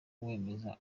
wemeza